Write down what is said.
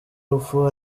urupfu